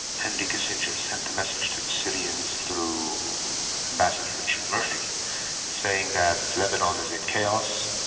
henry kissinger sent the message to the syrians through ambassador richard murphy saying that lebanon is in chaos,